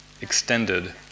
extended